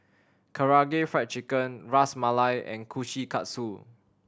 Karaage Fried Chicken Ras Malai and Kushikatsu